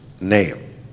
name